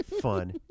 fun